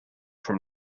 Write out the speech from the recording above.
from